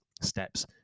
steps